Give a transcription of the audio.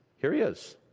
here he is.